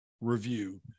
review